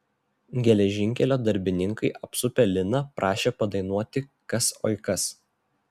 geležinkelio darbininkai apsupę liną prašė padainuoti kas oi kas